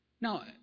Now